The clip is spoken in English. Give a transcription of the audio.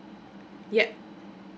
yup